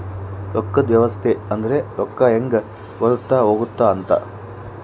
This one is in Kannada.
ರೊಕ್ಕದ್ ವ್ಯವಸ್ತೆ ಅಂದ್ರ ರೊಕ್ಕ ಹೆಂಗ ಬರುತ್ತ ಹೋಗುತ್ತ ಅಂತ